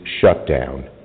shutdown